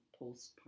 postpartum